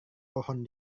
pohon